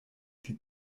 die